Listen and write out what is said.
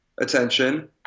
attention